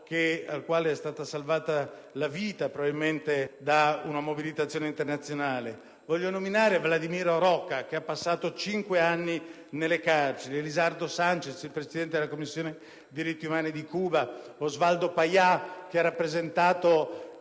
è stata salvata la vita grazie a una mobilitazione internazionale; Vladimiro Roca, che ha passato cinque anni nelle carceri; Elizardo Sánchez, presidente della Commissione diritti umani di Cuba; Oswaldo Paya, che ha rappresentato